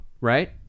Right